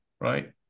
right